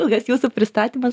ilgas jūsų pristatymas